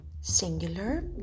singular